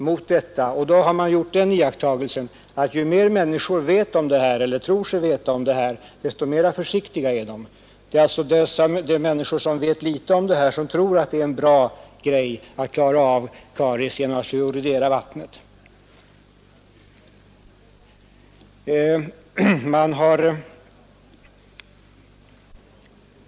Därvid har man också gjort iakttagelsen att ju mer människor tror sig veta om det här ämnet, desto försiktigare är de. Det förefaller alltså att vara de som vet litet om det här ämnet som tror att det är en bra metod att klara av kariesproblemen genom att fluoridera vattnet.